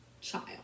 child